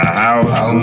house